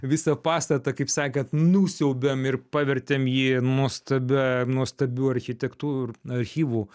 visą pastatą kaip sakant nusiaubėm ir pavertėm jį nuostabia nuostabiu architektu ir archyvu